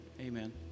Amen